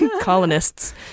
Colonists